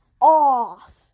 off